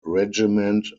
regiment